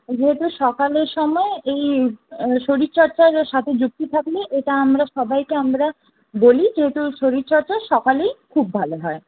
যেহেতু সকালে সময় এই শরীরচর্চার সাথে যুক্ত থাকলে এটা আমরা সবাইকে আমরা বলি কিন্তু শরীরচর্চা সকালেই খুব ভালো হয়